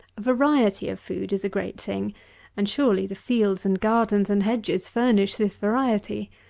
variety of food is a great thing and, surely, the fields and gardens and hedges furnish this variety!